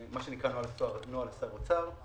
מה שנקרא נוהל שר אוצר.